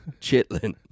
chitlin